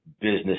business